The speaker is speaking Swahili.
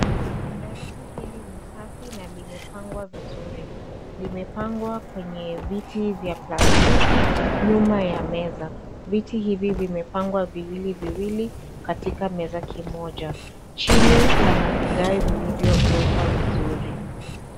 Darasa hili ni Safi na limepangwa vizuri, limepangwa kwenye viti vya plastiki nyuma ya meza, viti hivi vimepangwa viwili viwili katika meza kimoja, chini pana vigae vilivyo wekwa vizuri.